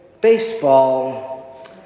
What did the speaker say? baseball